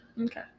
Okay